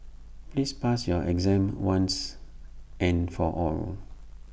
please pass your exam once and for all